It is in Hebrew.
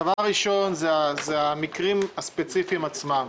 דבר ראשון הוא המקרים הספציפיים עצמם.